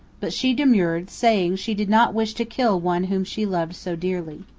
but she demurred, saying she did not wish to kill one whom she loved so dearly.